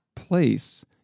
place